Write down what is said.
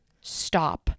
stop